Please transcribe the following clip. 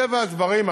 מטבע הדברים,